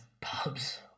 pubs